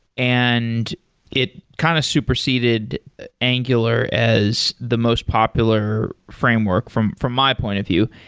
and it kind of superseded angular as the most popular framework from from my point of view.